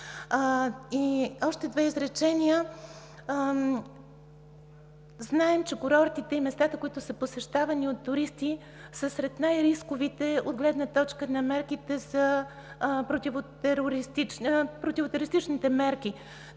още две изречения. Знаем, че курортите и местата, които са посещавани от туристи, са сред най-рисковите от гледна точка на противотерористичните мерки.